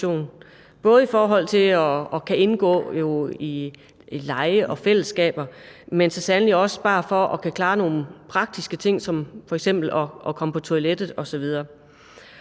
både i forhold til at kunne indgå i leg og fællesskaber, men så sandelig også bare for at kunne klare nogle praktiske ting som f.eks. at komme på toilettet osv.